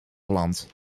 landt